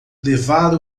levar